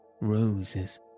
roses